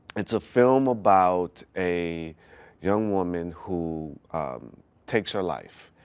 it's a film about a young woman who takes her life.